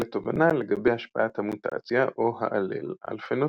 לתובנה לגבי השפעת המוטציה או האלל על פנוטיפ.